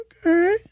Okay